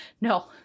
no